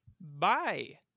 bye